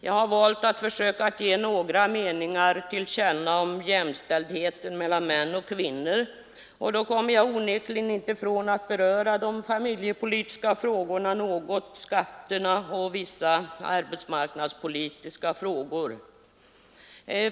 Jag har valt att försöka ge till känna några meningar om jämställdheten mellan män och kvinnor, och då kommer jag inte ifrån att något beröra de familjepolitiska frågorna, skatterna och vissa arbetsmarknadspolitiska frågor.